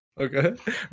Okay